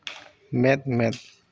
ᱢᱮᱫ ᱢᱮᱫ